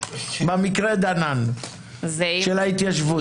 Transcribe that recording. במקרה דנן של ההתיישבות.